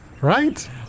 Right